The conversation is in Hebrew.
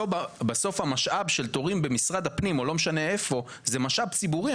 בסוף המשאב של תורים במשרד הפנים או לא משנה איפה זה משאב ציבורי.